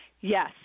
yes